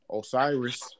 Osiris